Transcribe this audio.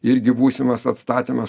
irgi būsimas atstatymas